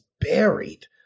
buried